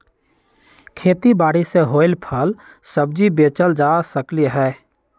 खेती बारी से होएल फल सब्जी बेचल जा सकलई ह